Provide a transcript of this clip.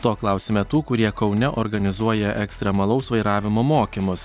to klausiame tų kurie kaune organizuoja ekstremalaus vairavimo mokymus